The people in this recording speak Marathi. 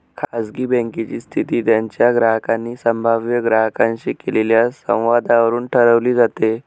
खाजगी बँकेची स्थिती त्यांच्या ग्राहकांनी संभाव्य ग्राहकांशी केलेल्या संवादावरून ठरवली जाते